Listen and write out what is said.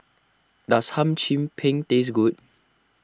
does Hum Chim Peng taste good